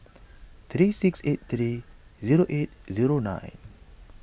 thirty six eight thirty zero eight zero nine